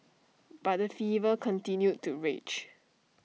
but the fever continued to rage